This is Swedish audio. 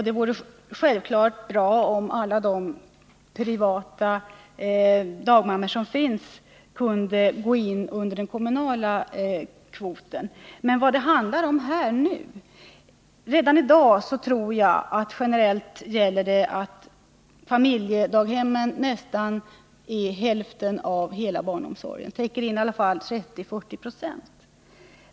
Det vore självfallet bra om alla de privata dagmammor som finns kunde gå in under den kommunala kvoten. Men jag tror att det — och det är detta det handlar om nu — redan i dag generellt gäller att familjedaghemmen svarar för nästan hälften av hela barnomsorgen — de täcker i alla fall in 30-40 26.